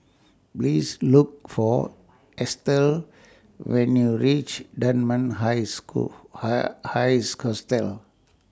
Please Look For Estell when YOU REACH Dunman High School High High